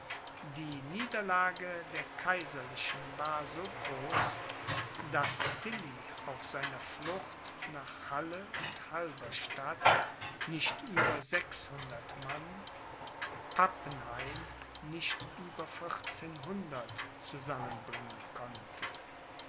die niederlage der kaiserlichen war so groß daß tilly auf seiner flucht nach halle und halberstadt nicht über sechshundert mann pappenheim nicht über vierzehnhundert zusammenbringen konnte